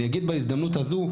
אני אגיד בהזדמנות הזו,